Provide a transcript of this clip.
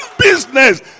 business